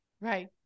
Right